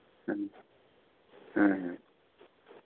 ᱦᱮᱸ ᱦᱮᱸ